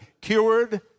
cured